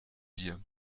dir